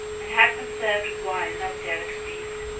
and had them served with wine and other delicacies.